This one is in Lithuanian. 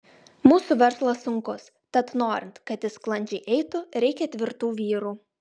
mūsų verslas sunkus tad norint kad jis sklandžiai eitų reikia tvirtų vyrų